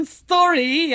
story